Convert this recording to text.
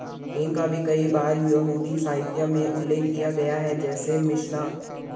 हींग का भी कई बार यहूदी साहित्य में उल्लेख किया गया है, जैसे मिशनाह